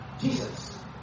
Jesus